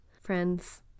Friends